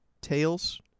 tails